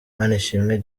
manishimwe